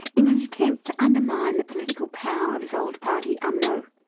in an attempt to undermine the political power of his old party, umno,